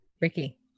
Ricky